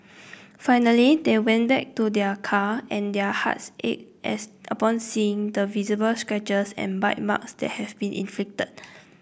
finally they went back to their car and their hearts ached as upon seeing the visible scratches and bite marks that have been inflicted